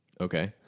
okay